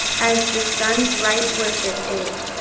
as the sun's right worship is,